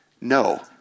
no